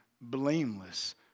blameless